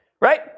right